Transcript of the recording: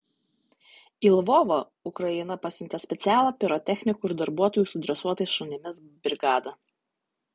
į lvovą ukraina pasiuntė specialią pirotechnikų ir darbuotojų su dresuotais šunimis brigadą